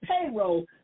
payroll